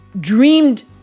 dreamed